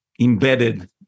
embedded